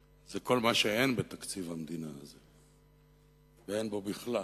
זה כל מה שאין בתקציב המדינה הזה, ואין בו בכלל.